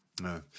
No